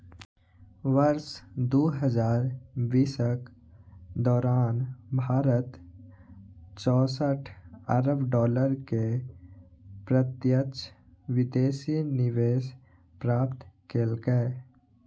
वर्ष दू हजार बीसक दौरान भारत चौंसठ अरब डॉलर के प्रत्यक्ष विदेशी निवेश प्राप्त केलकै